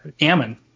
Ammon